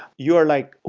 you're like,